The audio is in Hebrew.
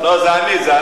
לא, זה אני.